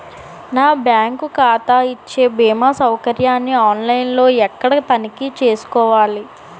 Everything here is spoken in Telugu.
నా బ్యాంకు ఖాతా ఇచ్చే భీమా సౌకర్యాన్ని ఆన్ లైన్ లో ఎక్కడ తనిఖీ చేసుకోవాలి?